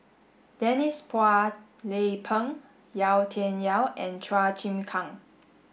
Denise Phua Lay Peng Yau Tian Yau and Chua Chim Kang